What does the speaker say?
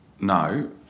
No